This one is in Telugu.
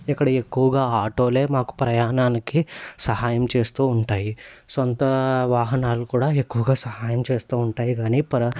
ఇక్కడ ఎక్కువగా ఆటోలే మాకు ప్రయాణానికి సహాయం చేస్తూ ఉంటాయి సొంత వాహనాలు కూడా ఎక్కువగా సహాయం చేస్తూ ఉంటాయి కానీ పర